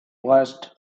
watched